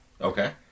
okay